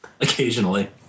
Occasionally